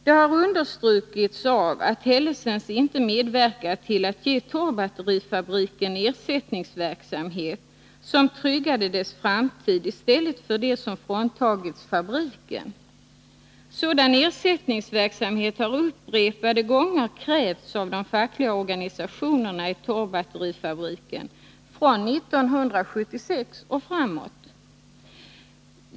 Det har understrukits att Hellesens inte medverkat till att ge Torrbatterifabriken någon ersättningsverksamhet som tryggade dess framtid i stället för det som fråntagits fabriken. Sådan ersättningsverksamhet har upprepade gånger krävts av de fackliga organisationerna i Torrbatterifabriken från 1976 och framåt.